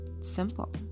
simple